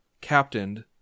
captained